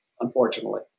unfortunately